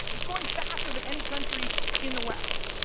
it's growing faster than any country in the west.